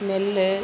நெல்